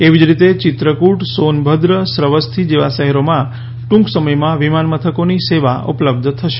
એવી જ રીતે ચીત્રકુટસોનભદ્રશ્રવસ્થી જેવા શહેરોમાં ટુંક સમયમાં વિમાન મથકોની સેવા ઉપલબ્ધ થશે